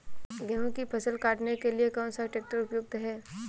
गेहूँ की फसल काटने के लिए कौन सा ट्रैक्टर उपयुक्त है?